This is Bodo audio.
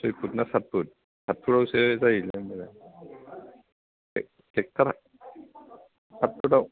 सय फुट ना साथ फुट साथ फुटआवसो जायोदां गयआ साथ फुटआव